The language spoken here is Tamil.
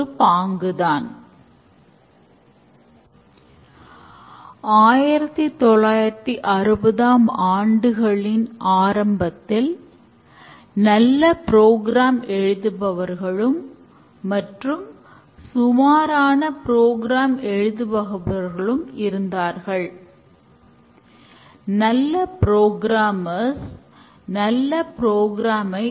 ஸ்கரின்ட் பேக்லாக் செய்யப்பட்ட உடன் அதில் மாற்றம் செய்ய இயலாது இதன் நோக்கம் என்னவெனில் குறுகிய கால திட்டம் செயல்படுத்தப்பட்ட பிறகு அதனை தொந்தரவு செய்யக் கூடாது